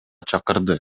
чакырды